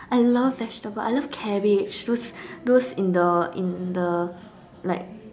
I love vegetable I love cabbage those those in the in the like